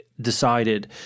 decided